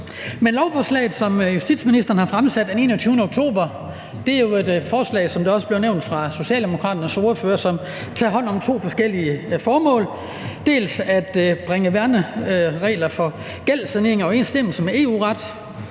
en anden måde. Justitsministeren har fremsat lovforslaget den 21. oktober, og det er et forslag, som det også blev nævnt af Socialdemokraternes ordfører, som tager hånd om to forskellige formål. Det første er at bringe værnetingsregler for gældssanering i overensstemmelse med EU-ret,